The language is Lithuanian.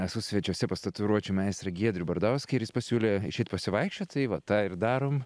esu svečiuose pas tatuiruočių meistrą giedrių bardauską ir jis pasiūlė išeit pasivaikščiot tai va tą ir darom